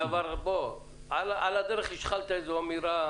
על הדרך השחלת אמירה